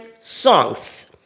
songs